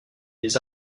des